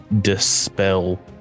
dispel